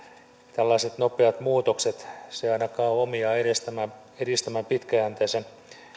tällaiset nopeat muutokset ovat hiukan ongelmallisia ne eivät ainakaan ole omiaan edistämään pitkäjänteisen